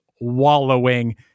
wallowing